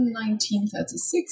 1936